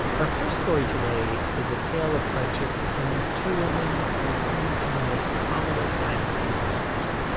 our first story today is a tale of friendship between two women who come from the most prominent dynasties in the region.